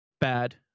bad